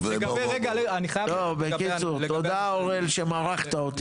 טוב בקיצור תודה אוראל שמרחת אותי.